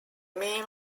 main